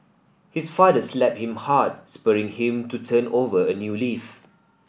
his father slapped him hard spurring him to turn over a new leaf